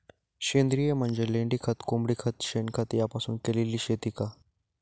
सेंद्रिय म्हणजे लेंडीखत, कोंबडीखत, शेणखत यापासून केलेली शेती का?